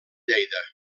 lleida